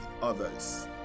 others